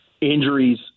Injuries –